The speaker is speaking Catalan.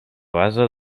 base